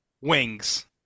wings